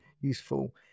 useful